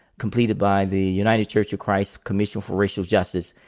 completed by the united church of christ commission for racial justice,